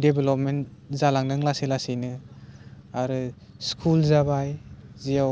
development जालांदों लासै लासैनो आरो स्कुल जाबाय जेयाव